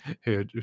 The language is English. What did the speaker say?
hey